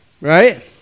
right